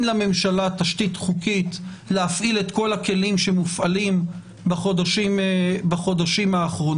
לממשלה תשתית חוקית להפעיל את כל הכלים שמופעלים בחודשים האחרונים.